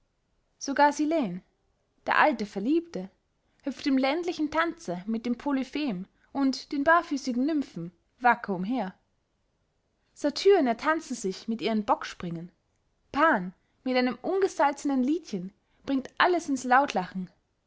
sogar silen der alte verliebte hüpft im ländlichen tanze mit dem polyphem und den barfüssigen nymphen wacker umher satyren ertanzen sich mit ihren bocksspringen pan mit einem ungesalzenen liedchen bringt alles ins